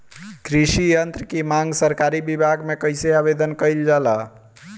कृषि यत्र की मांग सरकरी विभाग में कइसे आवेदन कइल जाला?